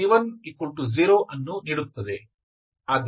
y00 ನನಗೆ c10 ಅನ್ನು ನೀಡುತ್ತದೆ